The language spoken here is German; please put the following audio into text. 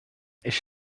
ich